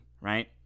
right